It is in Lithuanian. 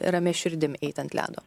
ramia širdim eit ant ledo